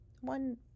one